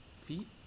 feet